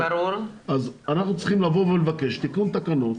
אנחנו צריכים לבקש תיקון תקנות